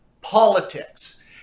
politics